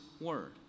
word